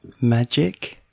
magic